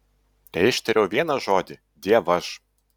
teištariau vieną žodį dievaž